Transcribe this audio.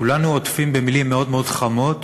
כולנו עוטפים במילים מאוד מאוד חמות